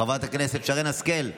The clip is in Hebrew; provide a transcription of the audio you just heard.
חברת הכנסת שרן השכל,